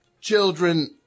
children